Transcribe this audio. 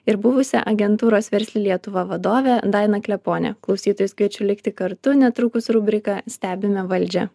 ir buvusią agentūros versli lietuva vadove daina klepone klausytojus kviečiu likti kartu netrukus rubrika stebime valdžią